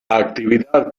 actividad